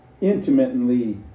intimately